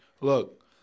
Look